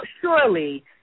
surely